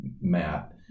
Matt